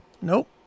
Nope